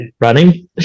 running